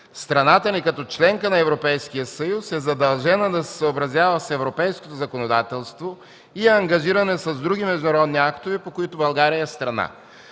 Страната ни, като членка на Европейския съюз, е задължена да се съобразява с европейското законодателство и е ангажирана с други международни актове, по които България е страна.